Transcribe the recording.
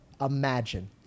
Imagine